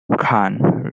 kahn